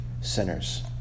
sinners